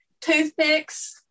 Toothpicks